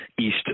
east